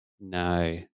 No